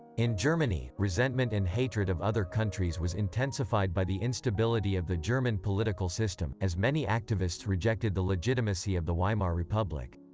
in germany, resentment and hatred of other countries was intensified by the instability of the german political system, as many activists rejected the legitimacy of the weimar republic.